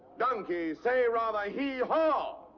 donkeys say rather hee-haw! um